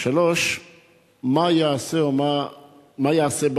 3. מה ייעשה בנדון?